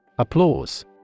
Applause